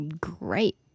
great